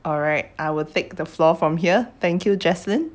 alright I would take the floor from here thank you jaslyn